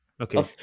Okay